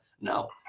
No